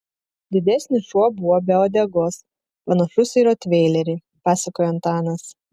didesnis šuo buvo be uodegos panašus į rotveilerį pasakojo antanas